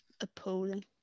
appalling